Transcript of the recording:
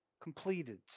completed